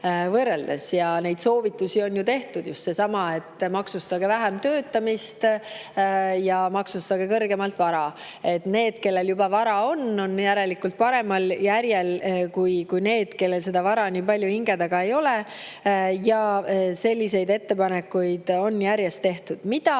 Seda soovitust on tehtud, just sedasama, et maksustage vähem töötamist ja maksustage kõrgemalt vara. Need, kellel juba vara on, on järelikult paremal järjel kui need, kellel vara nii palju hinge taga ei ole. Selliseid ettepanekuid on järjest tehtud.